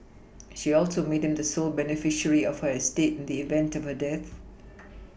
she also made him the sole beneficiary of her estate the event of her death